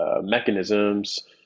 mechanisms